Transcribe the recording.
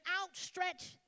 outstretched